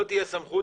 לא תהיה סמכות,